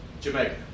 Jamaica